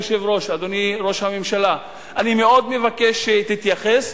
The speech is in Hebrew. אני מאוד מבקש שתתייחס,